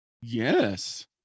Yes